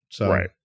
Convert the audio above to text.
Right